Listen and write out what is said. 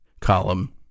column